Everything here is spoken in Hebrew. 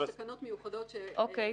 אלה תקנות מיוחדות שהותקנו,